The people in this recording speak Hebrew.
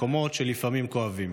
מקומות שלפעמים כואבים".